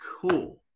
cool